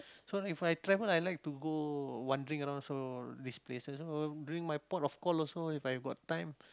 so if I travel I like to go wandering around so these places oh during my port of call also if I got time